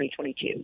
2022